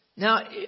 Now